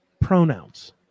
pronouns